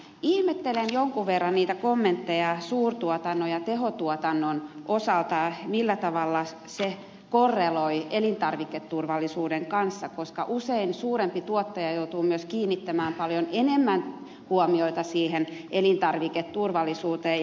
ihmettelen jonkun verran kommentteja suurtuotannon ja tehotuotannon osalta millä tavalla ne korreloivat elintarviketurvallisuuden kanssa koska usein suurempi tuottaja joutuu myös kiinnittämään paljon enemmän huomioita elintarviketurvallisuuteen